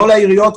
כל העיריות,